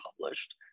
published